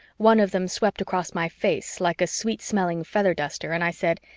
one of them swept across my face like a sweet-smelling feather duster and i said,